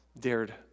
dared